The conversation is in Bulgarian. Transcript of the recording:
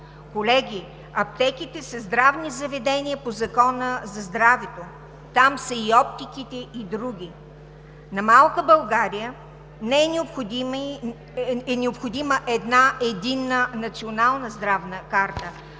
Колеги, аптеките са здравни заведения по Закона за здравето, там са и оптиките и други. На малка България е необходима една единна Национална здравна карта,